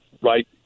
right